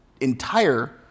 entire